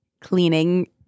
cleaning